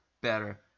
better